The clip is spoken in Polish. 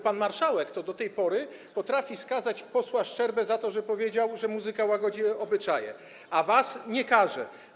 Pan marszałek do tej pory potrafił skazać posła Szczerbę za to, że powiedział, że muzyka łagodzi obyczaje, a was nie karze.